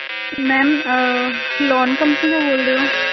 ma'am loan company ਤੋਂ ਬੋਲ ਰਹੇ ਹੋ